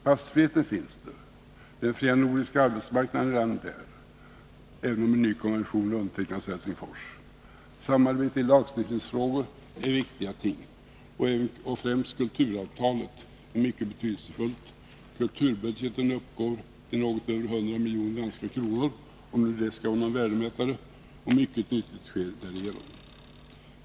Passfriheten finns där, den fria nordiska arbetsmarknaden är redan där, även om en ny konvention undertecknades i Helsingfors, och samarbete i lagstiftningsfrågor och kanske främst kulturavtalet är viktiga ting. Kulturbudgeten uppgår till något över 100 miljoner danska kronor — om nu det skall vara någon värdemätare — och mycket nyttigt sker därigenom.